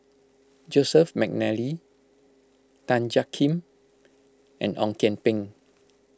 Joseph McNally Tan Jiak Kim and Ong Kian Peng